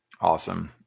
Awesome